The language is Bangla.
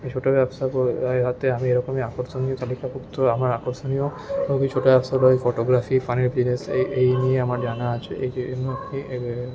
ছোটো ব্যবসা আমি এরকমই আকর্ষণীয় তালিকাভুক্ত আমার আকর্ষণীয় খুবই ছোটো ব্যবসা ওই ফটোগ্রাফি পানের বিজনেস এই এই নিয়ে আমার জানা আছে এই যে